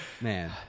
Man